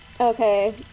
Okay